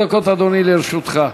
שלוש דקות, אדוני, לרשותך.